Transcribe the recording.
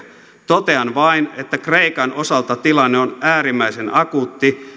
totean vain että kreikan osalta tilanne on äärimmäisen akuutti